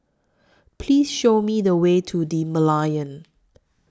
Please Show Me The Way to The Merlion